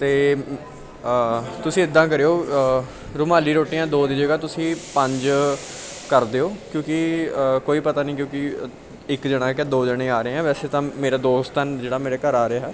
ਅਤੇ ਤੁਸੀਂ ਇੱਦਾਂ ਕਰਿਓ ਰੁਮਾਲੀ ਰੋਟੀਆਂ ਦੋ ਦੀ ਜਗ੍ਹਾ ਤੁਸੀਂ ਪੰਜ ਕਰ ਦਿਓ ਕਿਉਂਕਿ ਕੋਈ ਪਤਾ ਨਹੀਂ ਕਿਉਂਕਿ ਇੱਕ ਜਣਾ ਕਿ ਦੋ ਜਣੇ ਆ ਰਹੇ ਆ ਵੈਸੇ ਤਾਂ ਮੇਰਾ ਦੋਸਤ ਆ ਜਿਹੜਾ ਮੇਰੇ ਘਰ ਆ ਰਿਹਾ